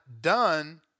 done